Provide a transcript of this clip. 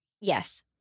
Yes